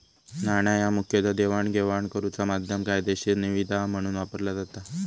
नाणा ह्या मुखतः देवाणघेवाण करुचा माध्यम, कायदेशीर निविदा म्हणून वापरला जाता